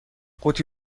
قوطی